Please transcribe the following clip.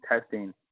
testing